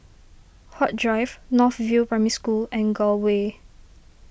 Huat Drive North View Primary School and Gul Way